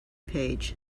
page